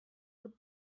with